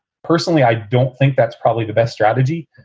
personally, i don't think that's probably the best strategy.